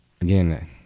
again